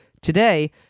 Today